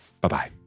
Bye-bye